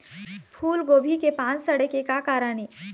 फूलगोभी के पान सड़े के का कारण ये?